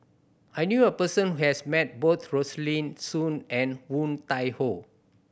I knew a person who has met both Rosaline Soon and Woon Tai Ho